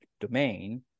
domain